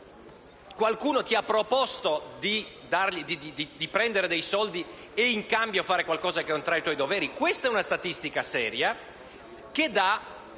ricevuto la proposta di prendere dei soldi e in cambio fare qualcosa di contrario ai suoi doveri: questa è una statistica seria e dà